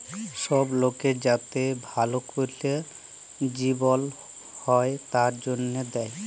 সব লকের যাতে ভাল ক্যরে জিবল হ্যয় তার জনহে দেয়